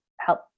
help